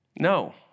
No